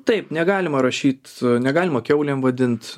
taip negalima rašyt negalima kiaulėm vadint